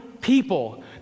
people